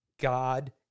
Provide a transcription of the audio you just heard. God